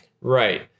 Right